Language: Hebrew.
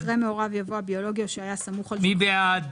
אחרי "מהוריו" יבוא "הביולוגי אשר היה סמוך --- מי בעד,